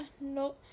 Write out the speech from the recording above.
no